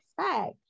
expect